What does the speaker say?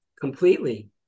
completely